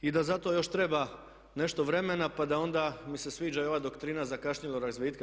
I da za to još treba nešto vremena pa da onda mi se sviđa i ova doktrina zakašnjelog razvitka.